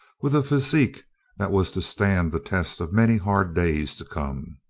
with a physique that was to stand the test of many hard days to come.